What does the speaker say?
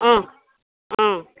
অ অ